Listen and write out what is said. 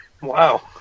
Wow